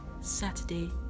saturday